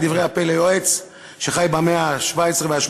את דברי ה"פלא יועץ",